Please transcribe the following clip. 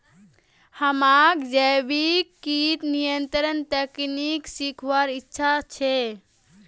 हमाक जैविक कीट नियंत्रण तकनीक सीखवार इच्छा छ